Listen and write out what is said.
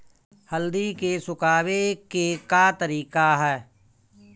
हल्दी के सुखावे के का तरीका ह?